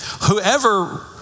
whoever